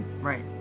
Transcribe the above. right